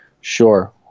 sure